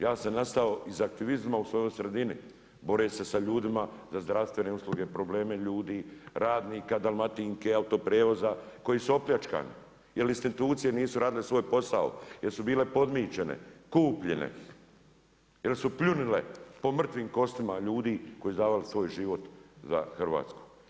Ja sam nastao … u svojoj sredini boreći se sa ljudima za zdravstven usluge, probleme ljudi, radnika, Dalmatinke, autoprijevoza, koji su opljačkani, jer institucije nisu radile svoj posao jel su bile podmićene, kupljene jer su pljunile po mrtvim kostima ljudi koji su davali svoj život za Hrvatsku.